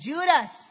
Judas